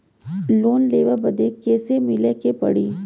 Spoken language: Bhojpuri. लोन लेवे बदी कैसे मिले के पड़ी?